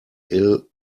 ill